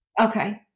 Okay